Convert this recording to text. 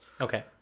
Okay